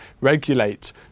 regulate